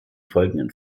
folgenden